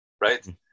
Right